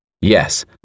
Yes